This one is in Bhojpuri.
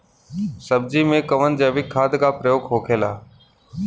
सब्जी में कवन जैविक खाद का प्रयोग होखेला?